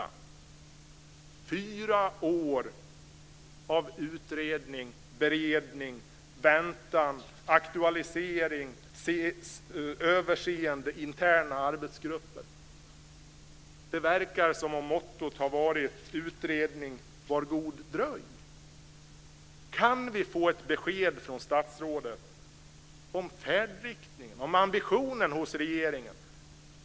Det är alltså fyra år av utredning, beredning, väntan, aktualisering, översyn och interna arbetsgrupper. Mottot verkar ha varit: Utredning, var god dröj! Kan vi få ett besked från statsrådet om färdriktningen, om ambitionen, hos regeringen?